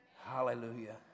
Hallelujah